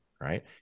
right